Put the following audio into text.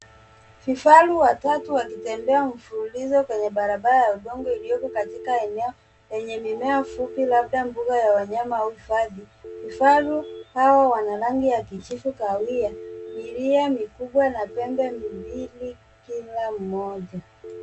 Vifaru watatu wakitembea mfululizo kwenye barabara ya udongo iliyoko katika eneo yenye mimea fupi labda mbuga ya wanyama au hifadhi. Vifaru hawa wana rangi ya kijivu kahawia iliyo mikubwa na pembe miwili kila mmoja.